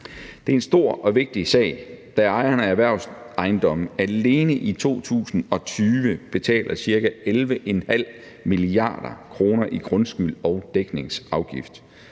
Det er en stor og vigtig sag, da ejerne af erhvervsejendomme alene i 2020 betaler ca. 11,5 mia. kr. i grundskyld og dækningsafgift.